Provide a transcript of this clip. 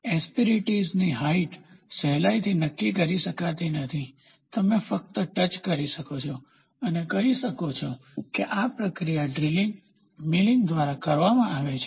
એસ્પીરીટીઝની height સહેલાઇથી નક્કી કરી શકાતી નથી તમે ફક્ત ટચ કરી શકો છો અને કહી શકો છો કે આ પ્રક્રિયા ડ્રિલિંગ મીલિંગ દ્વારા કરવામાં આવે છે